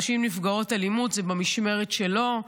נשים נפגעות אלימות זה במשמרת שלו,